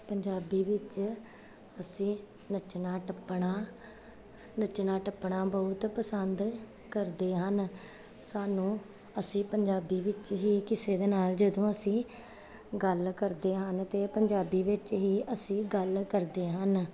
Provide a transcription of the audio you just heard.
ਪੰਜਾਬੀ ਵਿੱਚ ਅਸੀਂ ਨੱਚਣਾ ਟੱਪਣਾ ਨੱਚਣਾ ਟੱਪਣਾ ਬਹੁਤ ਪਸੰਦ ਕਰਦੇ ਹਨ ਸਾਨੂੰ ਅਸੀਂ ਪੰਜਾਬੀ ਵਿੱਚ ਹੀ ਕਿਸੇ ਦੇ ਨਾਲ ਜਦੋਂ ਅਸੀਂ ਗੱਲ ਕਰਦੇ ਹਨ ਤਾਂ ਪੰਜਾਬੀ ਵਿੱਚ ਹੀ ਅਸੀਂ ਗੱਲ ਕਰਦੇ ਹਨ